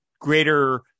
greater